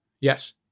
Yes